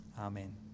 Amen